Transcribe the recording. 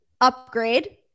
upgrade